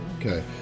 Okay